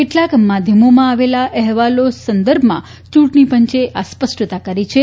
કેટલાક માધ્યમોમાં આવેલા અહેવાલો સંદર્ભમાં ચૂંટણીપંચે આ સ્પષ્ટતા કરી છે